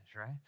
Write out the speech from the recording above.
right